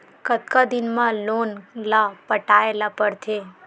कतका दिन मा लोन ला पटाय ला पढ़ते?